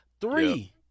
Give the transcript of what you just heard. Three